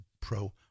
pro